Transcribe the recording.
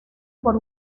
por